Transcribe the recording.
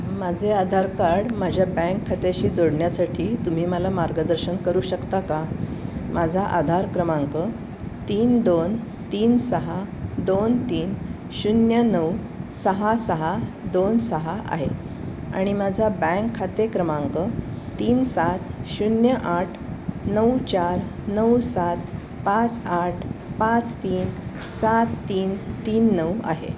माझे आधार कार्ड माझ्या बँक खात्याशी जोडण्यासाठी तुम्ही मला मार्गदर्शन करू शकता का माझा आधार क्रमांक तीन दोन तीन सहा दोन तीन शून्य नऊ सहा सहा दोन सहा आहे आणि माझा बँक खाते क्रमांक तीन सात शून्य आठ नऊ चार नऊ सात पाच आठ पाच तीन सात तीन तीन नऊ आहे